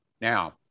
Now